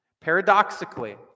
Paradoxically